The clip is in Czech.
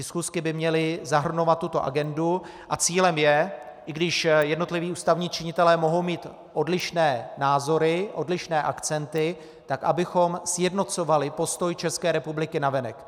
Schůzky by měly zahrnovat tuto agendu a cílem je, i když jednotliví ústavní činitelé mohou mít odlišné názory, odlišné akcenty, abychom sjednocovali postoj České republiky navenek.